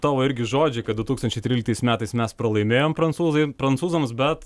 tavo irgi žodžiai kad du tūkstančiai tryliktais metais mes pralaimėjom prancūzai prancūzams bet